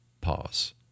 Pause